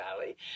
Valley